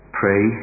pray